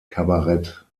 kabarett